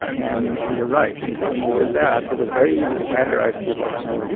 and and you're right. when we did that, it was very easy to categorize people, you know,